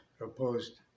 opposed